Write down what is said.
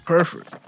Perfect